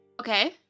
Okay